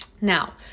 Now